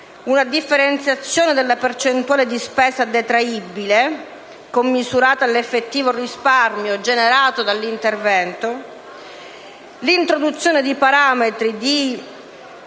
una differenziazione della percentuale di spesa detraibile, commisurata all'effettivo risparmio generato dall'intervento, l'introduzione di parametri di